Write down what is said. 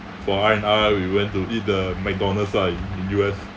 for R and R we went to eat the mcdonald's lah in in U_S